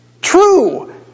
True